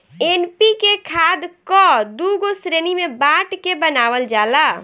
NPK खाद कअ दूगो श्रेणी में बाँट के बनावल जाला